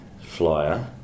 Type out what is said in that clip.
flyer